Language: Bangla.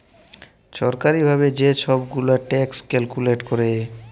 ছরকারি ভাবে যে ছব গুলা ট্যাক্স ক্যালকুলেট ক্যরে